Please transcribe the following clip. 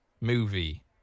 movie